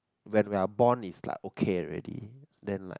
when we are born is like okay already then like